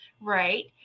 right